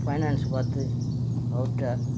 finance பார்த்து அவர்கிட்ட